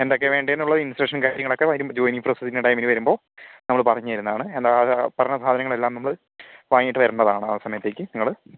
എന്തൊക്കെയാണ് വേണ്ടതെന്നുള്ളത് ഇൻസ്ട്രക്ഷനും കാര്യങ്ങളൊക്കെ വരുമ്പോൾ ജോയിനിങ്ങ് പ്രോസസ്സിന് വരുമ്പോൾ നമ്മള് പറഞ്ഞ് തരുന്നതാണ് അല്ലാതെ ആ പറഞ്ഞ സാധനങ്ങളെല്ലാം നമ്മള് വാങ്ങിയിട്ട് വരണ്ടതാണ് ആ സമയത്തേക്ക് നിങ്ങള്